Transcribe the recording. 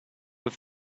have